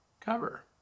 cover